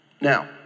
Now